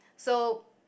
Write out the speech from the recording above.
so